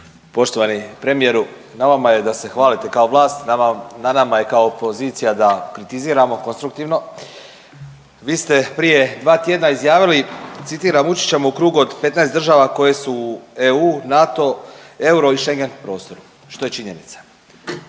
Poštovani premijeru na vama je da se hvalite kao vlast, a na nama kao opozicija je da kritiziramo konstruktivno. Vi ste prije dva tjedna izjavili citiram: „Uči ćemo u krug od 15 država koje su u EU, NATO, euro i schengen prostor“ što je činjenica.